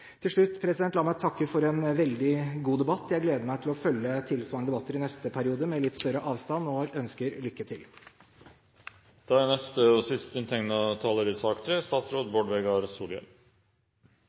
La meg til slutt takke for en veldig god debatt. Jeg gleder meg til å følge tilsvarende debatter i neste periode – på litt større avstand – og jeg ønsker lykke